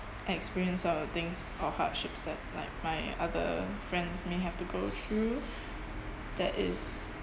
experience sort of things or hardships that like my other friends may have to go through that is